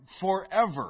forever